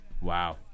Wow